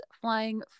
flying